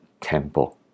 temple